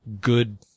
good